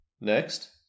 Next